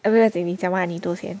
err 不用紧你讲完你东先